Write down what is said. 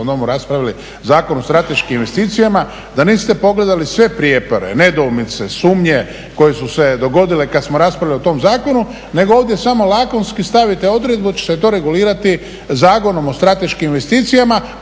Visokom domu raspravili Zakon o strateškim investicijama da niste pogledali sve prijepore, nedoumice, sumnje koje su se dogodile kada smo raspravljali o tom Zakonu nego ovdje samo lakonski stavite odredbu da će se to regulirati Zakonom o strateškim investicijama